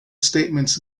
statements